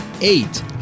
eight